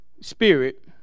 spirit